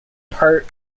part